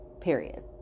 period